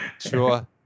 Sure